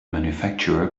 manufacturer